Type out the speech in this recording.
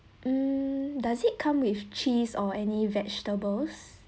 mm does it come with cheese or any vegetables